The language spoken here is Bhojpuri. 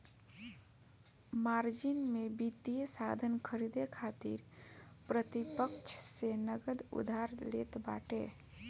मार्जिन में वित्तीय साधन खरीदे खातिर प्रतिपक्ष से नगद उधार लेत बाटे